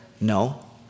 No